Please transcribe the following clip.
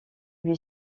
lui